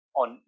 on